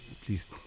Please